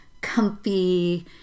comfy